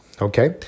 okay